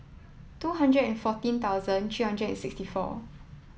two hundred and fourteen thousand three hundred and sixty four